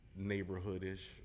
neighborhoodish